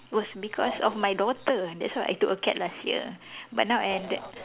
it was because of my daughter that's why I took a cat last year but now I ended